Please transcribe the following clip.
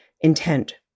intent